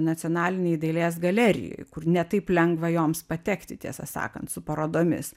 nacionalinėj dailės galerijoj kur ne taip lengva joms patekti tiesą sakant su parodomis